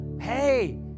hey